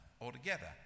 altogether